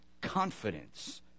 confidence